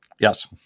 Yes